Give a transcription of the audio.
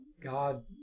God